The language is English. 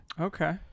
okay